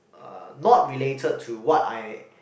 uh not related to what I